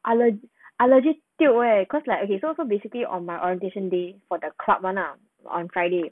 I le~ I legit tiok leh cause like okay so so basically on my orientation day for the club [one] lah on friday